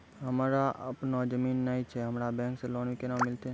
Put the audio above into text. हमरा आपनौ जमीन नैय छै हमरा बैंक से लोन केना मिलतै?